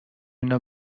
اینو